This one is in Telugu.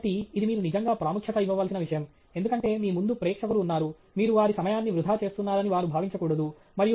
కాబట్టి ఇది మీరు నిజంగా ప్రాముఖ్యత ఇవ్వవలసిన విషయం ఎందుకంటే మీ ముందు ప్రేక్షకులు ఉన్నారు మీరు వారి సమయాన్ని వృథా చేస్తున్నారని వారు భావించకూడదు